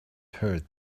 heard